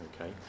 Okay